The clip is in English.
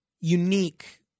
unique